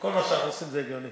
כל מה שאנחנו עושים זה הגיוני.